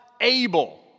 able